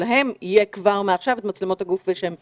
שלהם יהיו כבר מעכשיו מצלמות גוף ושהן יופעלו.